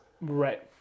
Right